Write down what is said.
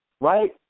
right